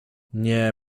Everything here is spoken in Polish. nie